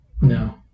No